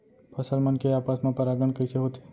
फसल मन के आपस मा परागण कइसे होथे?